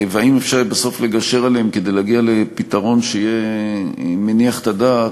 אם אפשר יהיה בסוף לגשר עליהם כדי להגיע לפתרון שיהיה מניח את הדעת,